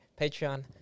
Patreon